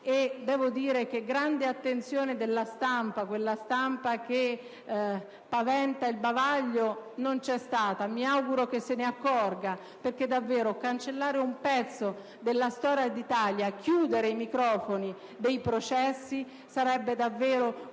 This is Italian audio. devo dire che grande attenzione da parte di quella stampa che paventa il bavaglio non c'è stata. Mi auguro che se ne accorga, perché cancellare un pezzo della storia d'Italia, chiudere i microfoni dei processi sarebbe un atto